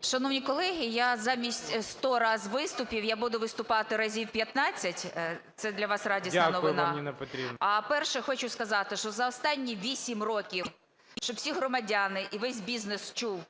Шановні колеги, я замість сто раз виступів, я буду виступати разів 15, це для вас радісна новина. ГОЛОВУЮЧИЙ. Дякую, Ніна Петрівна. ЮЖАНІНА Н.П. А перше хочу сказати, що за останні 8 років, щоб всі громадяни і весь бізнес чув,